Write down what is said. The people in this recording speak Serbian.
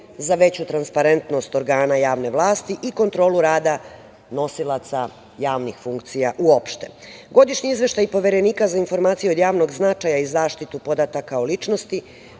za veću transparentnost organa javne vlasti i kontrolu rada, nosilaca javnih funkcija uopšte. Godišnji izveštaj Poverenika za informacije od javnog značaja i zaštitu podataka od ličnosti,